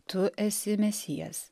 tu esi mesijas